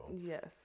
yes